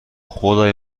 خدای